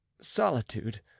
solitude